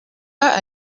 pas